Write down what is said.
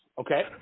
okay